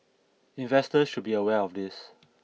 investors should be aware of this